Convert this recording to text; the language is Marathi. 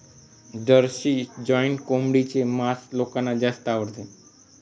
जर्सी जॉइंट कोंबडीचे मांस लोकांना जास्त आवडते